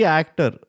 actor